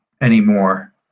anymore